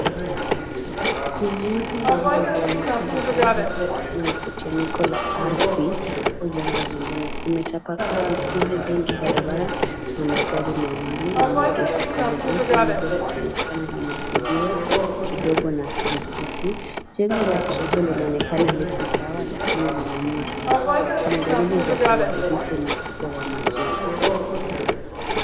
Ni jengo lililobomoka vibaya labda kutokana na tetemeko la ardhi au janga jingine. Kimetapakaa vifusi vingi barabara na magari mawili yameegeshwa karibu huku moja likionekana limeharibiwa kidogo na vifusi. Jengo la karibu linaonekana liko sawa lakini lina nyufa. Kuna dalili za uharibifu mkubwa wa majengo.